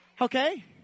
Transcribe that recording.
Okay